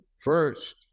first